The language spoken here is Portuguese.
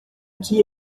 que